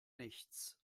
nichts